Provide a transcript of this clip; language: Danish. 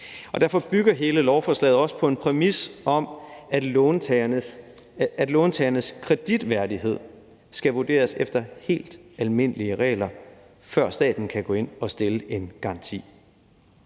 Derfor bygger hele lovforslaget også på en præmis om, at låntagernes kreditværdighed skal vurderes efter helt almindelige regler, før staten kan gå ind og stille en garanti.